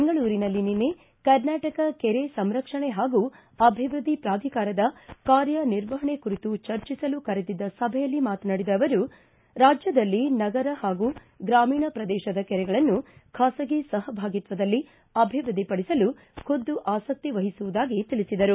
ಬೆಂಗಳೂರಿನಲ್ಲಿ ನಿನ್ನೆ ಕರ್ನಾಟಕ ಕೆರೆ ಸಂರಕ್ಷಣೆ ಹಾಗೂ ಅಭಿವೃದ್ಧಿ ಪ್ರಾಧಿಕಾರದ ಕಾರ್ಯನಿರ್ವಹಣೆ ಕುರಿತು ಚರ್ಚಿಸಲು ಕರೆದಿದ್ದ ಸಭೆಯಲ್ಲಿ ಮಾತನಾಡಿದ ಅವರು ರಾಜ್ಯದಲ್ಲಿ ನಗರ ಪಾಗೂ ಗ್ರಾಮೀಣ ಪ್ರದೇಶದ ಕೆರೆಗಳನ್ನು ಖಾಸಗಿ ಸಹಭಾಗಿತ್ತದಲ್ಲಿ ಅಭಿವೃದ್ಧಿಪಡಿಸಲು ಖುದ್ದು ಆಸಕ್ತಿ ವಹಿಸುವುದಾಗಿ ತಿಳಿಸಿದರು